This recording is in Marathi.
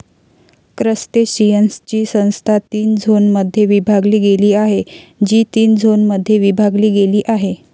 क्रस्टेशियन्सची संस्था तीन झोनमध्ये विभागली गेली आहे, जी तीन झोनमध्ये विभागली गेली आहे